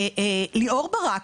ליאור ברק,